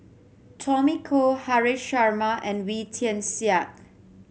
Tommy Koh Haresh Sharma and Wee Tian Siak